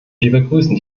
begrüßen